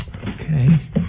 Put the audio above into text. Okay